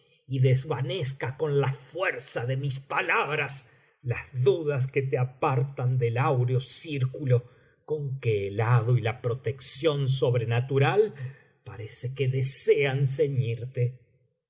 y desvanezca con la fuerza de mis palabras las dudas que te apartan del áureo círculo con que el hado y la protección sobrenatural parece que desean ceñirte